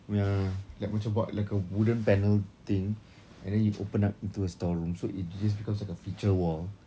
ya like macam buat like a wooden panel thing and then you open up into a store room so it just becomes like a feature wall